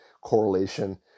correlation